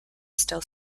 still